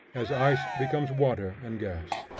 as ice becomes water and gas.